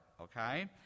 okay